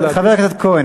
חבר הכנסת כהן,